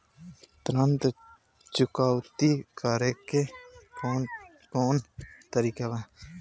ऋण चुकौती करेके कौन कोन तरीका बा?